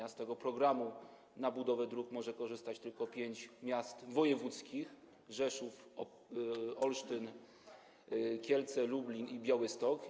Ze środków tego programu na budowę dróg może korzystać tylko pięć miast wojewódzkich: Rzeszów, Olsztyn, Kielce, Lublin i Białystok.